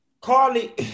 Carly